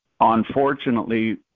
Unfortunately